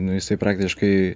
nu jisai praktiškai